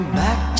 back